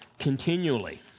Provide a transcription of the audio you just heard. continually